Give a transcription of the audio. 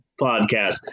podcast